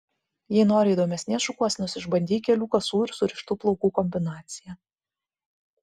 jei nori įdomesnės šukuosenos išbandyk kelių kasų ir surištų plaukų kombinaciją